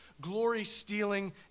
glory-stealing